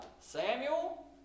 Samuel